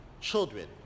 children